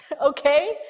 okay